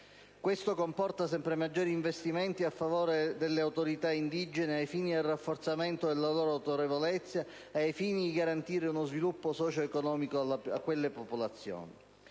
Questo comporta sempre maggiori investimenti a favore delle autorità indigene, ai fini del rafforzamento della loro autorevolezza e ai fini di garantire uno sviluppo socio-economico a quelle popolazioni.